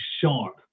sharp